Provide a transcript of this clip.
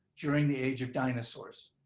during the age of dinosaurs.